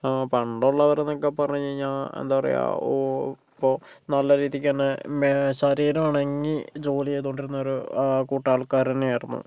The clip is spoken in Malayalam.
പണ്ടുള്ളവർ എന്നൊക്കെ പറഞ്ഞു കഴിഞ്ഞാൽ എന്താ പറയുക ഇപ്പോൾ നല്ല രീതിക്ക് തന്നെ ശരീരം അനങ്ങി ജോലി ചെയ്തുകൊണ്ടിരുന്ന ഒരു കൂട്ടം ആൾക്കാർ തന്നെയായിരുന്നു